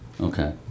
Okay